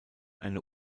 eine